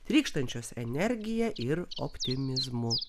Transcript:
trykštančios energija ir optimizmu